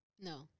no